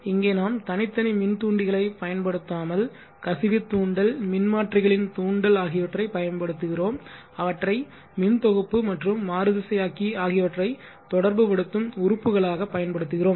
இங்கே நாம் தனித்தனி மின்தூண்டிகளைப் பயன்படுத்தாமல் கசிவு தூண்டல் மின்மாற்றிகளின் தூண்டல் ஆகியவற்றைப் பயன்படுத்துகிறோம் அவற்றை மின் தொகுப்பு மற்றும் மாறுதிசையாக்கி ஆகியவற்றை தொடர்புபடுத்தும் உறுப்புகளாக பயன்படுத்துகிறோம்